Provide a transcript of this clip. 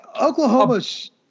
Oklahoma's